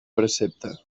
precepte